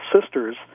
sisters